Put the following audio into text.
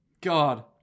God